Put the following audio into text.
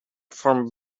from